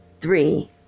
Three